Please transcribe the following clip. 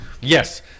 Yes